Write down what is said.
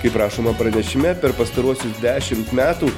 kaip rašoma pranešime per pastaruosius dešimt metų